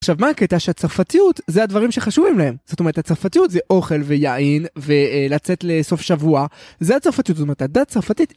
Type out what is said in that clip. עכשיו מה הקטע, שהצרפתיות זה הדברים שחשובים להם. זאת אומרת הצרפתיות זה אוכל ויין ולצאת לסוף שבוע זה הצרפתיות זאת אומרת הדת צרפתית